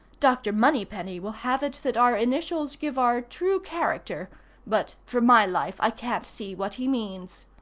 dr. moneypenny will have it that our initials give our true character but for my life i can't see what he means.